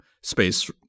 space